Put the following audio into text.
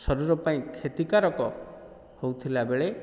ଶରୀର ପାଇଁ କ୍ଷତିକାରକ ହୋଉଥିଲା ବେଳେ